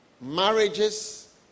marriages